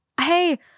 Hey